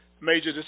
major